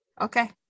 Okay